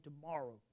tomorrow